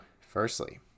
firstly